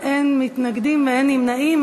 בשירותים ובכניסה למקומות בידור ולמקומות ציבוריים (תיקון מס' 5)